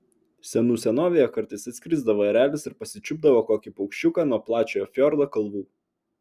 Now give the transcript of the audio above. senų senovėje kartais atskrisdavo erelis ir pasičiupdavo kokį paukščiuką nuo plačiojo fjordo kalvų